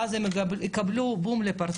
ניסיתי ליצור קשר ואז אמרו לי את התשובה הבאה